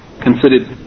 considered